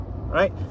right